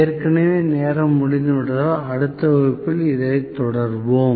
ஏற்கனவே நேரம் முடிந்துவிட்டதால் அடுத்த வகுப்பில் இதைத் தொடருவோம்